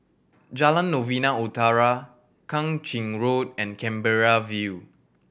Jalan Novena Utara Kang Ching Road and Canberra View